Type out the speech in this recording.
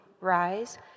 rise